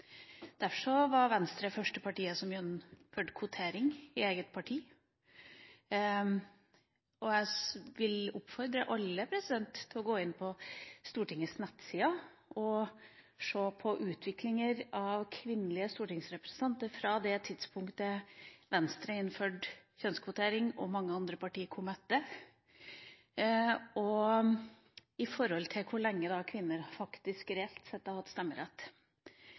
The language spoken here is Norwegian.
var Venstre det første partiet som innførte kvotering i eget parti. Og jeg vil oppfordre alle til å gå inn på Stortingets nettsider og se på utviklingen når det gjelder kvinnelige stortingsrepresentanter, fra det tidspunktet Venstre innførte kjønnskvotering, og mange andre partier kom etter, i forhold til hvor lenge kvinner faktisk reelt sett har hatt stemmerett.